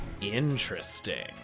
interesting